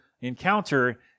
encounter